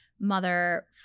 mother